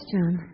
John